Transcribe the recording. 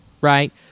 right